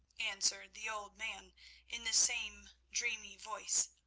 answered the old man in the same dreamy voice.